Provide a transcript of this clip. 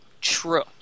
True